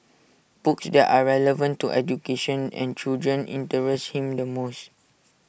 books that are relevant to education and children interest him the most